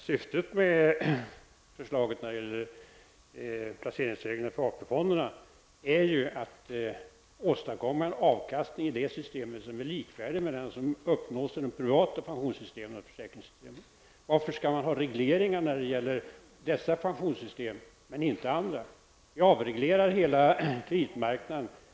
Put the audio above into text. Herr talman! Syftet med förslaget om placeringsregler för AP-fonderna är att åstadkomma en avkastning i det systemet som är likvärdig med den som uppnås i privata pensionsoch försäkringssystem. Varför skall man ha regleringar när det gäller dessa pensionssystem men inte när det gäller andra? Vi avreglerar ju hela kreditmarknaden.